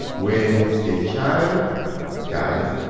when a child dies,